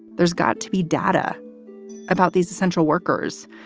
there's got to be data about these essential workers,